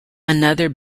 another